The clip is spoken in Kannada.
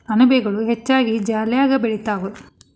ಅಣಬೆಗಳು ಹೆಚ್ಚಾಗಿ ಜಾಲ್ಯಾಗ ಬೆಳಿತಾವ